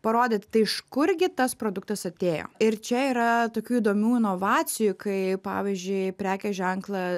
parodyt tai iš kurgi tas produktas atėjo ir čia yra tokių įdomių inovacijų kai pavyzdžiui prekės ženklą